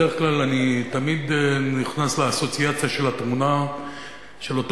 בדרך כלל אני תמיד נכנס לאסוציאציה של התמונה של אותו